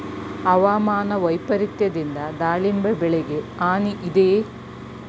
ಹವಾಮಾನ ವೈಪರಿತ್ಯದಿಂದ ದಾಳಿಂಬೆ ಬೆಳೆಗೆ ಹಾನಿ ಇದೆಯೇ?